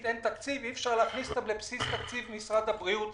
אין תקציב אי אפשר להכניס אותם לבסיס תקציב משרד הבריאות,